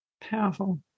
Powerful